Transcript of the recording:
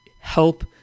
help